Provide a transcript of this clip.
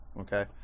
Okay